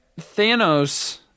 Thanos